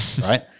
Right